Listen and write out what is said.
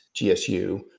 GSU